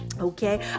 Okay